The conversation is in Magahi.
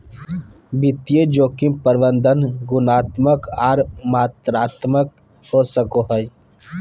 वित्तीय जोखिम प्रबंधन गुणात्मक आर मात्रात्मक हो सको हय